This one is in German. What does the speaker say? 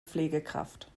pflegekraft